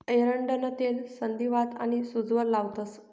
एरंडनं तेल संधीवात आनी सूजवर लावतंस